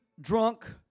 drunk